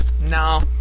No